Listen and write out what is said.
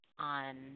On